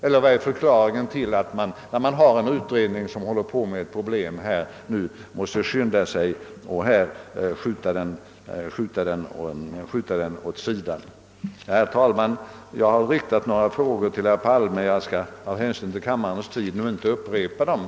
Eller vad är förklaringen till att man, när man har en utredning som håller på med ett problem, måste på detta sätt skjuta den åt sidan? Herr talman! Jag har riktat några frågor till herr Palme. Jag skall av hänsyn till kammarens tid inte upprepa dem.